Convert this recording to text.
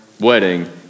wedding